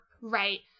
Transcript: right